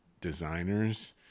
designers